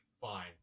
fine